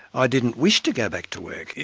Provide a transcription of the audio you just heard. i didn't wish to go back to work.